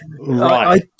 right